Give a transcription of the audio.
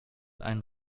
einen